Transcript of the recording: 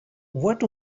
what